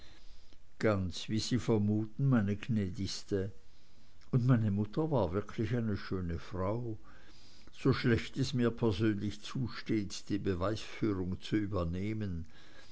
ganz wie sie vermuten meine gnädigste und meine mutter war wirklich eine schöne frau so schlecht es mir persönlich zusteht die beweisführung zu übernehmen